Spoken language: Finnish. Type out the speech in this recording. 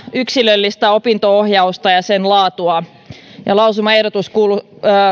yksilöllistä opinto ohjausta ja sen laatua lausumaehdotus kuluu